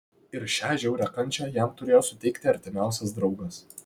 ir šią žiaurią kančią jam turėjo suteikti artimiausias draugas